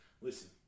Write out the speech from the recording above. Listen